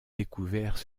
découverts